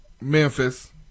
Memphis